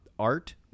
Art